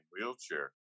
wheelchair